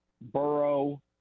Burrow